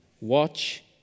watch